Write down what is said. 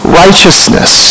righteousness